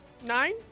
Nine